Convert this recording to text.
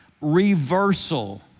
reversal